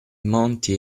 monti